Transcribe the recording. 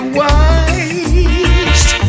wise